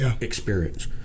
experience